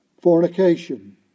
fornication